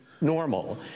normal